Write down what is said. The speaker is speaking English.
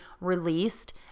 released